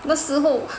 那时候